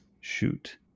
shoot